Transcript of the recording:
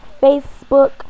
Facebook